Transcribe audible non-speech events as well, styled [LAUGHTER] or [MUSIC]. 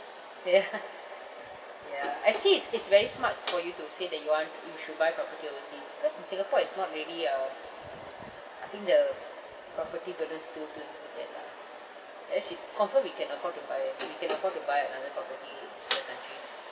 ya [LAUGHS] ya actually it's it's very smart for you to say that you want you should buy property overseas cause in singapore it's not really uh I think the property burdens too too that lah actually confirm we can afford to buy we can afford to buy another property in other countries